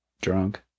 Drunk